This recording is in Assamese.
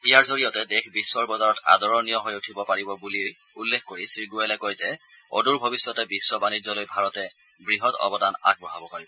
ইয়াৰ জৰিয়তে দেশ বিশ্বৰ বজাৰত আদৰণীয় হৈ উঠিব পাৰিব বুলি উল্লেখ কৰি শ্ৰীগোৱেলে কয় যে অদূৰ ভৱিষ্যতে বিশ্ব বাণিজ্যলৈ ভাৰতে বৃহৎ অৱদান আগবঢ়াব পাৰিব